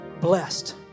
blessed